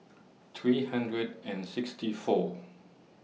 three hundred and sixty four